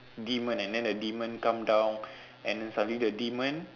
demon and then the demon come down and then suddenly the demon